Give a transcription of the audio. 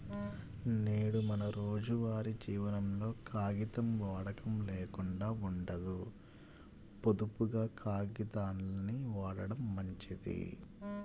నేడు మన రోజువారీ జీవనంలో కాగితం వాడకం లేకుండా ఉండదు, పొదుపుగా కాగితాల్ని వాడటం మంచిది